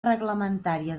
reglamentària